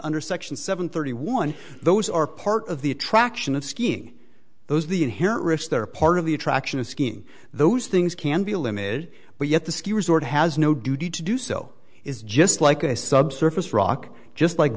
under section seven thirty one those are part of the attraction of skiing those the inherent risks that are part of the attraction of skiing those things can be limited but yet the ski resort has no duty to do so is just like a subsurface rock just like